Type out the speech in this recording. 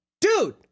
dude